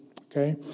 okay